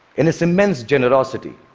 in its immense generosity,